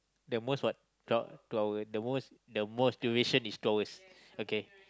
the most what two hour two hour the most the most duration is two hours okay